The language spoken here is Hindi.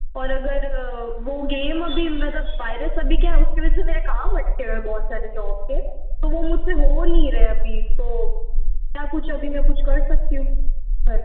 और अगर वो गेम अभी मतलब वाइरस अभी क्या है उसकी वजह से मेरे काम अटके हुए हैं बहुत सारे जॉब के तो वो मुझसे हो नहीं रहा है अभी तो क्या कुछ अभी मैं कुछ कर सकती हूँ